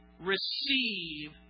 receive